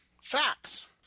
facts